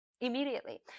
Immediately